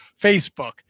Facebook